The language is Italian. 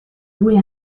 due